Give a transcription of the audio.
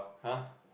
[huh]